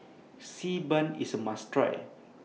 Xi Ban IS must Try